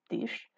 dish